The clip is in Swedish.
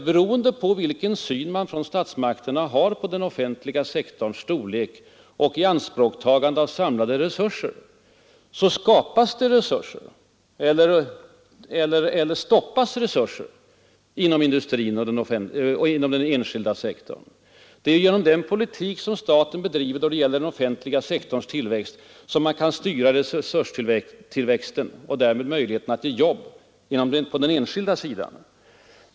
Beroende på vilken syn statsmakterna har på den offentliga sektorns storlek och på behovet att ta i anspråk våra samlade resurser skapas respektive undandrages resurser åt industrin och den enskilda sektorn. Det är genom den politik som staten bedriver då det gäller den offentliga sektorns tillväxt som man kan styra resurstillväxten och därmed möjligheterna till jobb på den enskilda sidan.